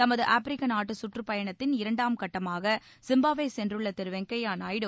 தமது ஆப்பிரிக்க நாட்டு சுற்றுப்பயனத்தின் இரண்டாம் கட்டமாக ஜிம்பாப்வே சென்றுள்ள திரு வெங்கய்ய நாயுடு